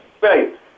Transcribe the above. Right